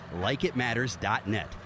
LikeItMatters.net